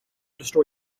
destroy